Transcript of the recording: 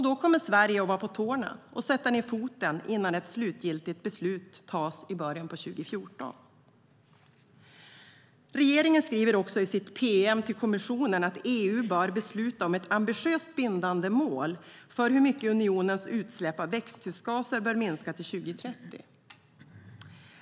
Då kommer Sverige att vara på tårna och sätta ned foten innan ett slutgiltigt beslut fattas i början på 2014. Regeringen skriver i sitt pm till kommissionen att EU bör besluta om ett ambitiöst bindande mål för hur mycket unionens utsläpp av växthusgaser bör minska till 2030.